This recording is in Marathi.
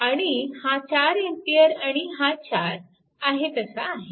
आणि हा 4A आणि हा 4 आहे तसा आहे